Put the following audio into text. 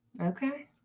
Okay